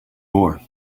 more